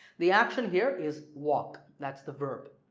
the action here is walk that's the verb.